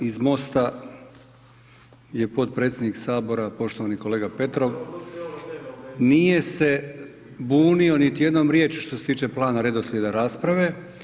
Iz MOST-a je potpredsjednik Sabora poštovani kolega Petrov, nije se bunio niti jednom riječju što se tiče plana redoslijeda rasprave.